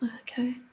Okay